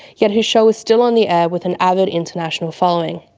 yet his show is still on the air with an avid international following.